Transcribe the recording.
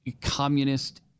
communist